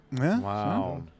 Wow